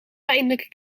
pijnlijke